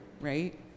right